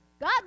God